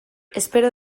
espero